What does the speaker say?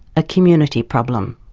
a community problem.